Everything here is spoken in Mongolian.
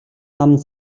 аманд